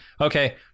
Okay